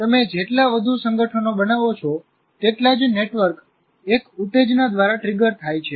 તમે જેટલા વધુ સંગઠનો બનાવો છો તેટલા જ નેટવર્ક એક ઉત્તેજના દ્વારા ટ્રિગર થાય છે